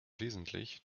wesentlich